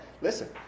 listen